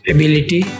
Ability